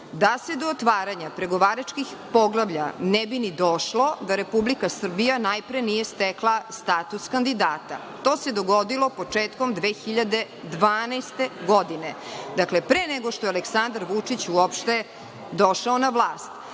da se do otvaranja pregovaračkih poglavlja ne bi ni došlo da Republika Srbija najpre nije stekla status kandidata. To se dogodilo početkom 2012. godine, dakle, pre nego što je Aleksandar Vučić uopšte došao na vlast.